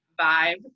vibe